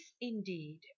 indeed